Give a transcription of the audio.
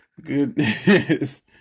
goodness